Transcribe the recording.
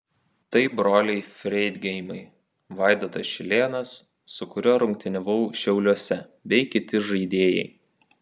tai broliai freidgeimai vaidotas šilėnas su kuriuo rungtyniavau šiauliuose bei kiti žaidėjai